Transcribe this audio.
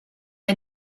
may